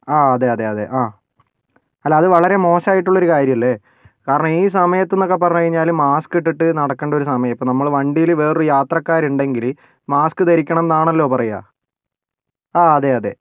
ആ അതെ അതെ അതെ ആ അല്ല അത് വളരെ മോശമായിട്ടുള്ളൊരു കാര്യം അല്ലേ കാരണം ഈ സമയത്തെന്നൊക്കെ പറഞ്ഞുകഴിഞ്ഞാൽ മാസ്ക് ഇട്ടിട്ട് നടക്കേണ്ടൊരു സമയം ആണ് ഇപ്പോൾ നമ്മൾ വണ്ടിയിൽ വേറെ ഒരു യാത്രക്കാർ ഉണ്ടെങ്കിൽ മാസ്ക് ധരിക്കണം എന്നാണല്ലോ പറയുക ആ അതെ അതെ